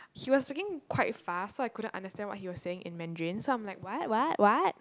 he was speaking quite fast so I couldn't understand what he was saying in Mandarin so I'm like what what what